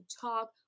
talk